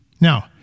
Now